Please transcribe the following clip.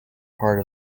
part